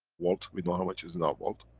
vault, we know how much is in our vault.